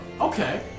Okay